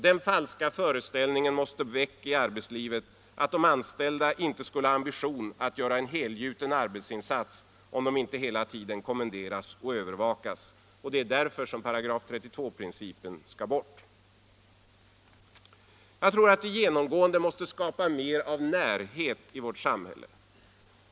Den falska föreställningen måste väck i arbetslivet, att de anställda inte skulle ha ambition att göra en helgjuten arbetsinsats om de inte hela tiden kommenderas och övervakas. Det är därför som § 32-principen skall bort. Vi måste genomgående skapa mer av närhet i vårt samhälle.